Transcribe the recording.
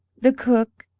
the cook,